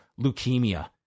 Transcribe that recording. leukemia